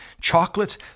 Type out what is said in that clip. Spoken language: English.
chocolates